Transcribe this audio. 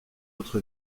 autre